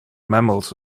mammals